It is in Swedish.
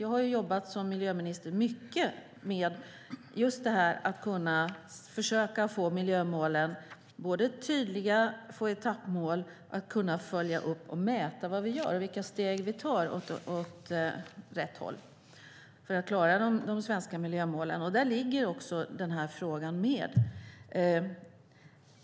Jag har som miljöminister jobbat mycket just med att försöka få miljömålen tydliga, att få etappmål och att vi ska kunna följa upp och mäta vad vi gör och vilka steg vi tar åt rätt håll för att klara de svenska miljömålen. Där ligger också den här frågan med.